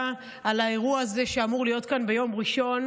על האירוע הזה שאמור להיות כאן ביום ראשון.